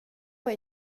hai